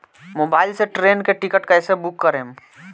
Mobile से train के ticket कैसे बूक करेम?